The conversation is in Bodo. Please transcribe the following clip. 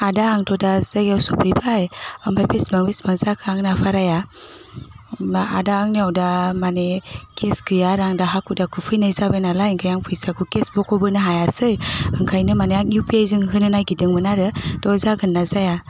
आदा आंथ' दा जायगायाव सफैबाय आमफाय बिसिबां बिसिबां जाखो आंना भारहाया होमबा आदा आंनियाव दा माने केस गैया आरो आं दा हाखु दाखु फैनाय जाबाय नालाय ओंखाय आं फैसाखौ केस बख'बोनो हायासै ओंखायनो मानि आं इउपिआईजों होनो नागिरदोंमोन आरो थह जागोन ना जाया